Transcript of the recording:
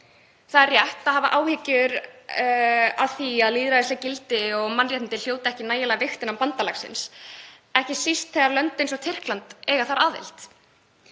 Það er rétt að hafa áhyggjur af því að lýðræðisleg gildi og mannréttindi hljóta ekki nægjanlega vigt innan bandalagsins, ekki síst þegar lönd eins og Tyrkland eiga þar aðild.